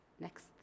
Next